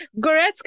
Goretzka